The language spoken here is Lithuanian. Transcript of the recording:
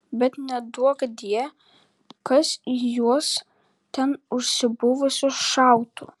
bet neduokdie kas į juos ten užsibuvusius šautų